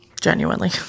Genuinely